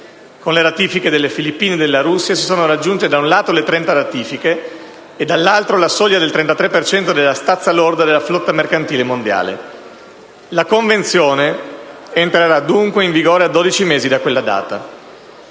Con le ratifiche delle Filippine e della Russia si sono raggiunte, da un lato, le trenta ratifiche e, dall'altro, la soglia del 33 per cento della stazza lorda della flotta mercantile mondiale. La Convenzione entrerà dunque in vigore a dodici mesi da quella data.